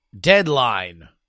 deadline